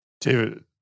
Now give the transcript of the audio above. David